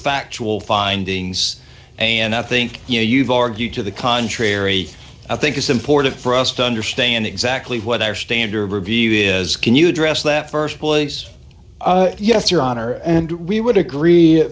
factual findings and i think you know you've argued to the contrary i think it's important for us to understand exactly what our standard of review is can you address that st place yes your honor and we would agree